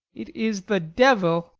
it is the devil.